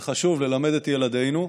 זה חשוב ללמד את ילדינו.